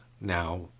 Now